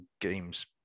games